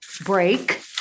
break